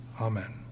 Amen